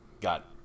got